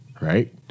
right